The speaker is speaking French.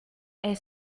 est